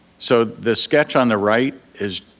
so the sketch on the right is,